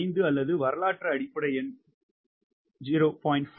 5 அல்லது வரலாற்று அடிப்படை எண் 0